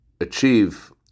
achieve